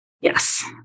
Yes